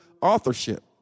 authorship